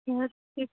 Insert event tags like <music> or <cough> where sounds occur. <unintelligible>